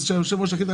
שהיושב-ראש יחליט,